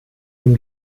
dem